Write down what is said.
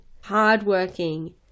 hardworking